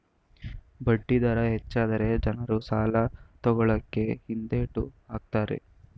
ಬಡ್ಡಿ ದರ ಹೆಚ್ಚಾದರೆ ಜನರು ಸಾಲ ತಕೊಳ್ಳಕೆ ಹಿಂದೆಟ್ ಹಾಕ್ತರೆ